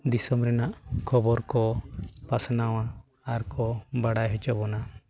ᱫᱤᱥᱚᱢ ᱨᱮᱱᱟᱜ ᱠᱷᱚᱵᱚᱨ ᱠᱚ ᱯᱟᱥᱱᱟᱣᱟ ᱟᱨ ᱠᱚ ᱵᱟᱰᱟᱭ ᱦᱚᱪᱚ ᱵᱚᱱᱟ